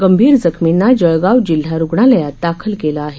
गंभीर जखमींना जळगाव जिल्हा रुग्णालयात दाखल केलं आहे